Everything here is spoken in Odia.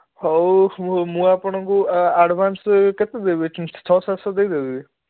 ହଉ ମୁଁ ମୁଁ ଆପଣଙ୍କୁ ଆଡ଼ଭାନ୍ସ କେତେ ଦେବି ଛଅ ସାତ ଶହ ଦେଇଦେବି